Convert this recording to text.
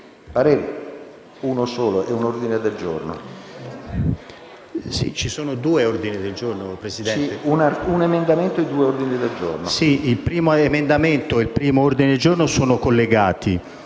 un emendamento e ordini del giorno